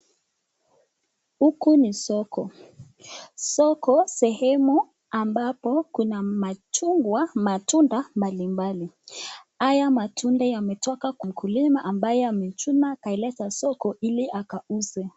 Huku ni soko soko sehemu ambapo kuna machungwa matunda mbalimbali. Haya matunda yametoka kwa mkulima ambaye amechuna akaleta soko ili akauze.